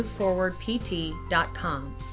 moveforwardpt.com